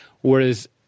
Whereas